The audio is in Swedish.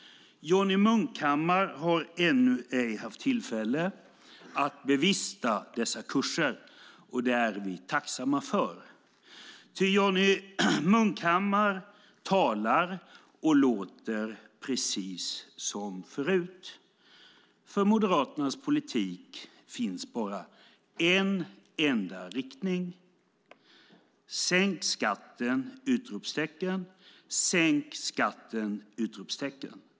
Johnny Munkhammar har ännu ej haft tillfälle att bevista dessa kurser, och det är vi tacksamma för. Ty Johnny Munkhammar talar och låter precis som förut. För Moderaternas politik finns bara en enda riktning: Sänk skatten! Sänk skatten!